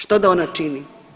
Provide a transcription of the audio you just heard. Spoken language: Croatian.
Što da ona čini?